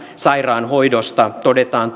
sairaanhoidosta todetaan